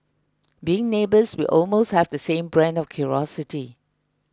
being neighbours we almost have the same brand of curiosity